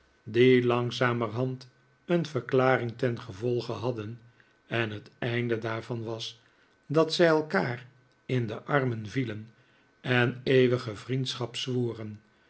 die langzamerhand een verklaring ten gevolge hadden en het einde daarvan was dat zij elkaar in de armen vielen en eeuwige vriendschap zwoeren